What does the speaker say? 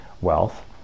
wealth